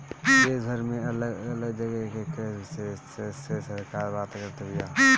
देशभर में अलग अलग जगह के कृषि विशेषग्य से सरकार बात करत बिया